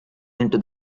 into